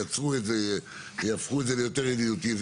ויקצרו את זה ויהפכו את זה ליותר ידידותי,